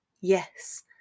Yes